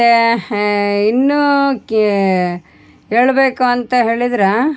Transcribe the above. ಮತ್ತು ಇನ್ನೂ ಕೇಳಬೇಕು ಅಂತ ಹೇಳಿದ್ರೆ